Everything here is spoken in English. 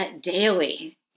daily